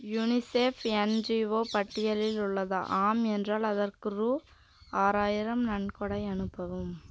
UNICEF NGO பட்டியலில் உள்ளதா ஆம் என்றால் அதற்கு ரூ ஆறாயிரம் நன்கொடை அனுப்பவும்